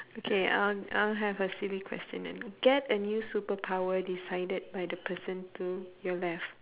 okay I'll I'll have a silly question then get a new superpower decided by the person to your left